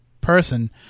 person